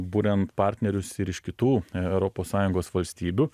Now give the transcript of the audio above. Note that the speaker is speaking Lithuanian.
buriant partnerius ir iš kitų e europos sąjungos valstybių